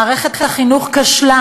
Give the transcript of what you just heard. מערכת החינוך כשלה,